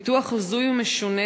ביטוח הזוי ומשונה,